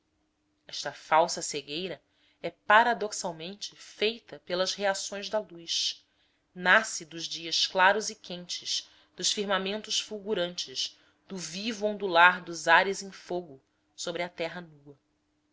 esta falsa cegueira é paradoxalmente feita pelas reações da luz nasce dos dias claros e quentes dos firmamentos fulgurantes do vivo ondular dos ares em fogo sobre a terra nua